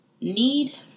Need